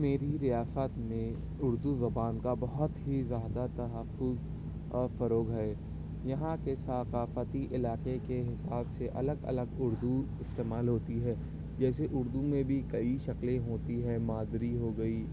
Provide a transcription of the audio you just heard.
میری ریاست میں اردو زبان کا بہت ہی زیادہ تحفظ اور فروغ ہے یہاں کے ثقافتی علاقہ کے حساب سے الگ الگ اردو استعمال ہوتی ہے جیسے اردو میں بھی کئی شکلیں ہوتی ہیں مادری ہو گئی